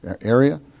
area